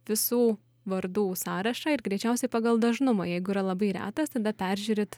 visų vardų sąrašą ir greičiausiai pagal dažnumą jeigu yra labai retas tada peržiūrit